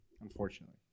unfortunately